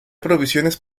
provisiones